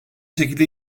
şekilde